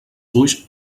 ulls